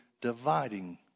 dividing